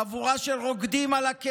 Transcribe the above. חבורה של רוקדים על הדם, סלפי ניצחון, חיוכים.